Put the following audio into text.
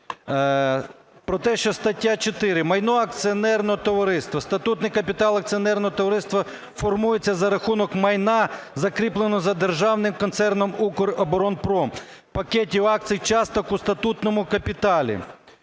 Про те, що стаття 4 "Майно акціонерного товариства", статутний капітал акціонерного товариства формується за рахунок майна, закріпленого за державним концерном "Укроборонпром", пакетів акцій часток у статутному капіталі